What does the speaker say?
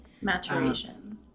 Maturation